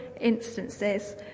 instances